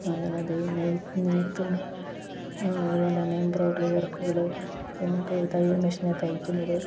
നെയ്ത്തും അതുപോലെ തന്നെ എംബ്രോയിഡറി വർക്കുകൾ പിന്നെ തയ്യൽ മെഷീനിൽ തയ്ക്കുന്നത്